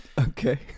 Okay